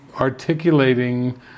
articulating